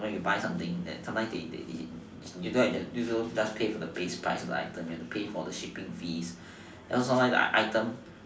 sometimes when you buy some things sometimes they they just pay for the base price of the items you have to pay for the shipping fee sometimes the items